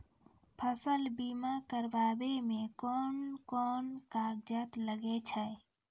फसल बीमा कराबै मे कौन कोन कागज लागै छै?